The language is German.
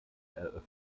eröffnen